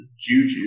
Juju